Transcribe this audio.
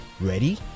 Ready